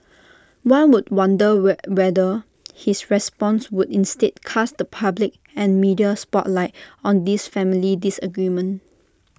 one would wonder whether his response would instead cast the public and media spotlight on this family disagreement